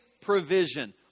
provision